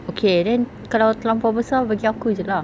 okay then kalau terlampau besar bagi aku jer lah